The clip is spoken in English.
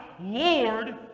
Lord